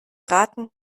raten